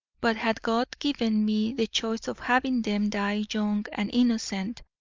but had god given me the choice of having them die young and innocent,